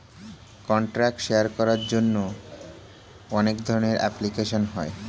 contact share করার জন্য অনেক ধরনের অ্যাপ্লিকেশন হয়